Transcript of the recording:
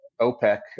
OPEC